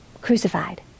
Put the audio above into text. crucified